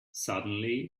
suddenly